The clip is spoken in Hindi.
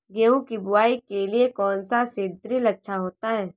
गेहूँ की बुवाई के लिए कौन सा सीद्रिल अच्छा होता है?